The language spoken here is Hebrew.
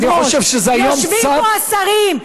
יושבים פה השרים,